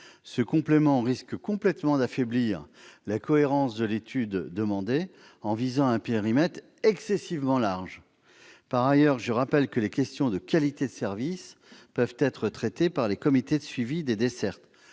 Il risque d'affaiblir la cohérence de l'étude demandée, en visant un périmètre excessivement large. Par ailleurs, je rappelle que les questions de qualité de service peuvent être traitées par les comités de suivi des dessertes.